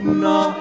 no